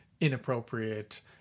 inappropriate